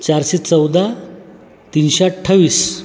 चारसे चौदा तीनशे अठ्ठावीस